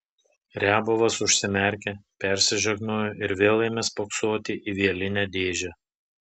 riabovas užsimerkė persižegnojo ir vėl ėmė spoksoti į vielinę dėžę